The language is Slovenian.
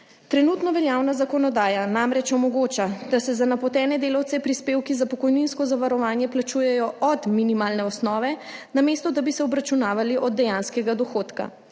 Trenutno veljavna zakonodaja namreč omogoča, da se za napotene delavce prispevki za pokojninsko zavarovanje plačujejo od minimalne osnove, namesto da bi se obračunavali od dejanskega dohodka.